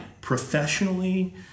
professionally